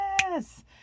Yes